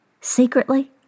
Secretly